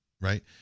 Right